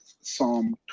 Psalm